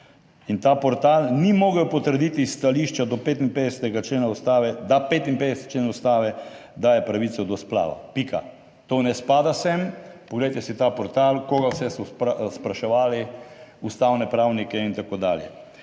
In ta portal ni mogel potrditi stališča do 55. člena Ustave, da 55. člen Ustave daje pravico do splava. To ne spada sem. Poglejte si ta portal, koga vse so spraševali, ustavne pravnike in tako dalje.